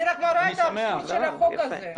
אני רואה את האבסורד של החוק הזה.